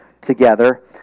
together